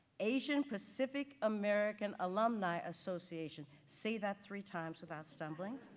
asian pacific american alumni association, say that three times without stumbling.